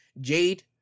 jade